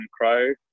Crow